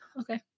okay